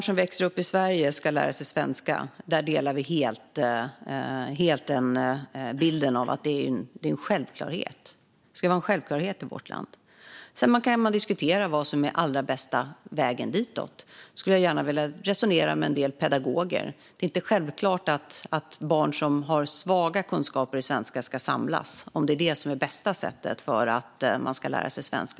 Fru talman! Att det ska vara en självklarhet att alla barn som växer upp i Sverige ska lära sig svenska är en uppfattning som vi delar helt. Sedan kan man diskutera vad som är allra bästa vägen dit. Jag skulle gärna resonera med en del pedagoger. Det är inte självklart att barn som har svaga kunskaper i svenska ska samlas och att det är bästa sättet för dem att lära sig svenska.